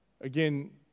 Again